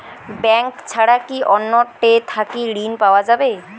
Bank ছাড়া কি অন্য টে থাকি ঋণ পাওয়া যাবে?